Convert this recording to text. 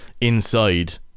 inside